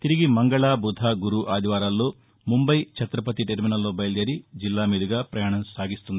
తిరిగి మంగళ బుధ గురు ఆదివారాల్లో ముంబై ఛాతపతి టెర్మినల్లో బయలుదేరి జిల్లా మీదుగా పయాణం సాగిస్తుంది